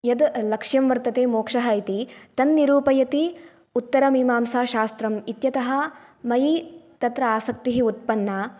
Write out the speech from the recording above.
यद् लक्ष्यं वर्तते मोक्षः इति तन्निरूपयति उत्तरमीमांसाशास्त्रं इत्यतः मयी तत्र आसक्तिः उत्पन्ना